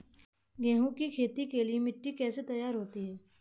गेहूँ की खेती के लिए मिट्टी कैसे तैयार होती है?